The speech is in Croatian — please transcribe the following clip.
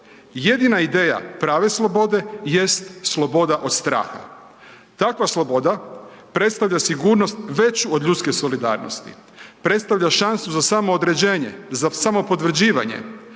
Jedina ideja prave slobode jest sloboda od straha. Takva sloboda predstavlja sigurnost veću od ljudske solidarnosti. Predstavlja šansu za samoodređenje, za samopotvrđivanje,